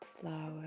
flower